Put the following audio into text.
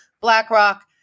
BlackRock